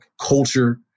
culture